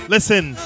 Listen